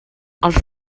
els